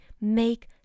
make